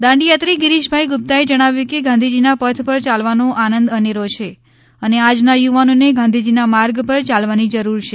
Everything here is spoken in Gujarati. દાંડીયાત્રી ગીરીશભાઈ ગુપ્તાએ જણાવ્યું કે ગાંધીજીના પથ પર યાલવાનો આનંદ અનેરો છે અને આજના યુવાનોને ગાંધીજીના માર્ગ પર યાલવાની જરૂર છે